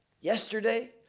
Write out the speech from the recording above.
yesterday